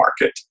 market